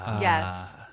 yes